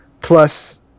Plus